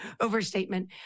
overstatement